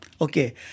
Okay